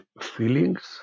feelings